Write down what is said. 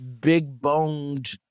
big-boned